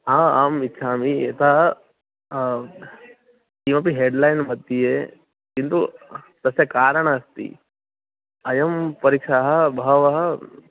हा आम् इच्छामि यतः किमपि हेड्लैन् मध्ये किन्तु तस्य कारणम् अस्ति इयं परीक्षा बहु